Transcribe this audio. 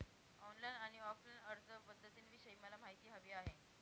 online आणि offline अर्जपध्दतींविषयी मला माहिती हवी आहे